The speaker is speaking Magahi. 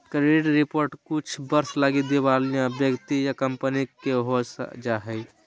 क्रेडिट रिपोर्ट कुछ वर्ष लगी दिवालिया व्यक्ति या कंपनी के हो जा हइ